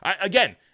again